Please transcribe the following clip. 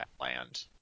Land